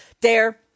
dare